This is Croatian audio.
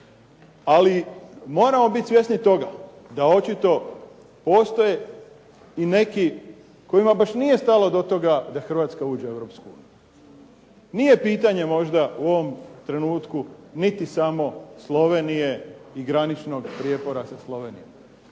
Ali moramo biti svjesni toga da očito postoje i neki kojima baš nije stalo do toga da Hrvatska uđe u Europsku uniju. Nije pitanje možda u ovom trenutku niti samo Slovenije i graničnog prijepora sa Slovenijom.